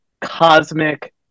cosmic